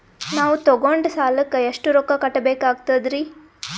ನಾವು ತೊಗೊಂಡ ಸಾಲಕ್ಕ ಎಷ್ಟು ರೊಕ್ಕ ಕಟ್ಟಬೇಕಾಗ್ತದ್ರೀ?